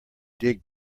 dig